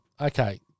Okay